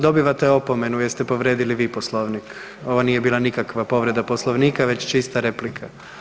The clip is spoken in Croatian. Dobivate opomenu jer ste povrijedili vi Poslovnik, ovo nije bila nikakva povreda Poslovnika već čista replika.